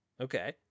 Okay